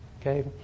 Okay